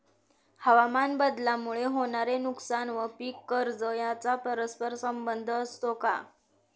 हवामानबदलामुळे होणारे नुकसान व पीक कर्ज यांचा परस्पर संबंध असतो का?